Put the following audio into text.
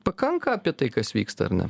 pakanka apie tai kas vyksta ar ne